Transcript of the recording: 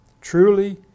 Truly